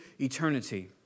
eternity